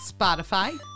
Spotify